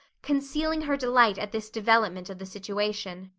concealing her delight at this development of the situation.